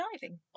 diving